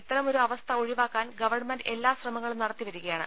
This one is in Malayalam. ഇത്തരമൊരു അവസ്ഥ ഒഴിവാക്കാൻ ഗവൺമെന്റ് എല്ലാ ശ്രമങ്ങളും നടത്തി വരികയാണ്